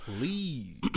Please